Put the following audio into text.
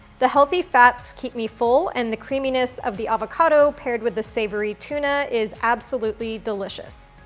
the healthy fats keep me full and the creaminess of the avocado paired with the savory tuna is absolutely delicious.